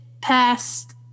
past